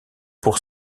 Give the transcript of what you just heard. pour